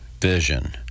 vision